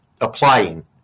applying